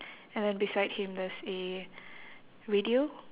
and then beside him there's a radio